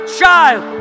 child